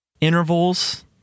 intervals